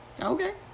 Okay